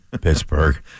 Pittsburgh